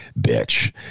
bitch